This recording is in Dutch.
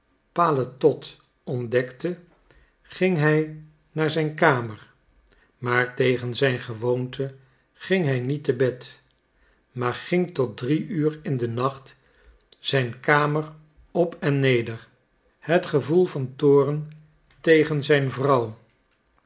paletot ontdekte ging hij naar zijn kamer maar tegen zijn gewoonte ging hij niet te bed maar ging tot drie uur in den nacht zijn kamer op en neder het gevoel van toorn tegen zijn vrouw